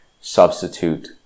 substitute